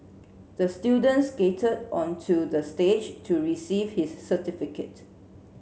the student skated onto the stage to receive his certificate